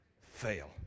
fail